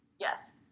yes